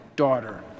daughter